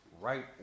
right